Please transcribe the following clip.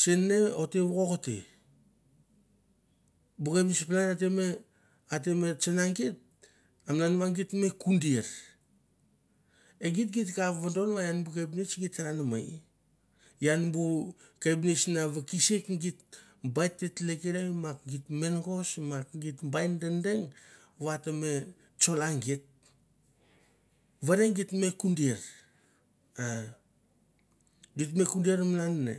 sone oter vok to bu kepnuts palan ate me at me tsanging got a nga gut kundia e gut kapinots bai nawaks git bat turan, git mergosma git bait deng deng vateme tusuramgit vere git me kundia 9kundar malan ne.